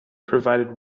provided